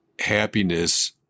happiness